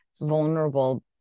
vulnerable